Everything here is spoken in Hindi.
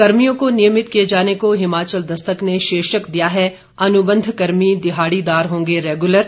कर्मियों को नियमित किए जाने को हिमाचल दस्तक ने शीर्षक दिया है अनुबंध कर्मी दिहाड़ीदार होंगे रेगुलर